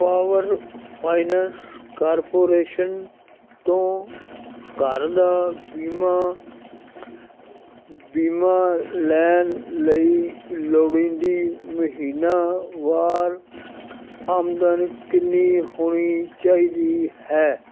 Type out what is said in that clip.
power finance corporation ਤੋਂ ਘਰ ਦਾ ਬੀਮਾ ਬੀਮਾ ਲੈਣ ਲਈ ਲੋੜੀਂਦੀ ਮਹੀਨਾਵਾਰ ਆਮਦਨ ਕਿੰਨੀ ਹੋਣੀ ਚਾਹੀਦੀ ਹੈ